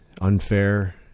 unfair